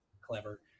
Clever